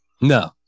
No